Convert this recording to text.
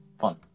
Fun